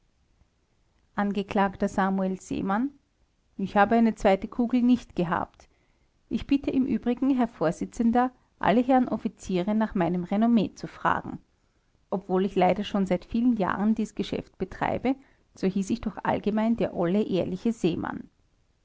angeklagter samuel seemann ich habe eine zweite kugel nicht gehabt ich bitte im übrigen herr vorsitzender alle herren offiziere nach meinem renommee zu fragen obwohl ich leider schon seit vielen jahren dies geschäft betreibe so hieß ich doch allgemein der olle ehrliche seemann